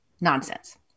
nonsense